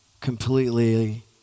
completely